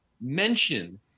mention